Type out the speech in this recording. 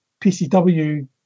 PCW